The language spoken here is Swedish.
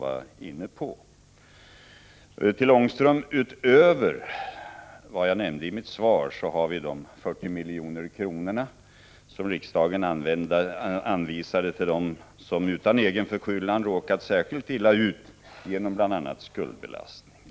Till Rune Ångström vill jag säga att vi utöver vad jag nämnde i mitt svar har de 40 milj.kr. som riksdagen anvisat till dem som utan egen förskyllan råkat särskilt illa ut, bl.a. på grund av skuldbelastning.